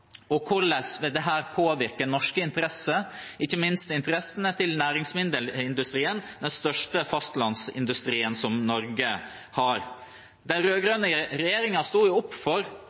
Og hvordan vil dette påvirke norske interesser, ikke minst interessene til næringsmiddelindustrien, den største fastlandsindustrien Norge har? Den rød-grønne regjeringen sto opp for